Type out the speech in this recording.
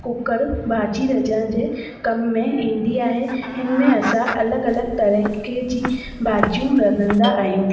cooker भाॼी रझण जे कम में ईंदी आहे इनमें असां अलॻि अलॻि तरीक़े जी भाॼियूं रधंदा आहियूं